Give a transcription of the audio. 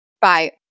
Bye